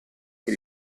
che